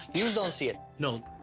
yous don't see it? no.